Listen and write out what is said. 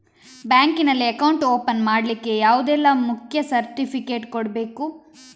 Bank ನಲ್ಲಿ account open ಮಾಡ್ಲಿಕ್ಕೆ ಯಾವುದೆಲ್ಲ ಮುಖ್ಯ ಸರ್ಟಿಫಿಕೇಟ್ ಕೊಡ್ಬೇಕು?